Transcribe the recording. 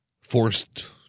forced